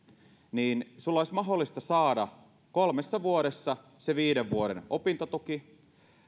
niin sinun olisi mahdollista saada kolmessa vuodessa viiden vuoden opintotuki